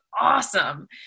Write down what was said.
awesome